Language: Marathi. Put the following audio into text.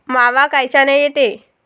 मावा कायच्यानं येते?